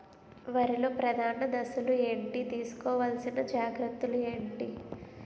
వరిలో ప్రధాన దశలు ఏంటి? తీసుకోవాల్సిన జాగ్రత్తలు ఏంటి?